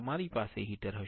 તમારી પાસે હીટર હશે